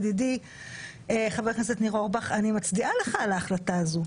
ידידי חבר הכנסת ניר אורבך: אני מצדיע לך על ההחלטה הזו.